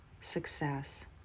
success